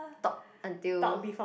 talk until